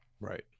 right